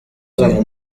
bafite